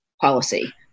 policy